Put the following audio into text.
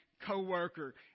co-worker